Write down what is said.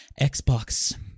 Xbox